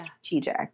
strategic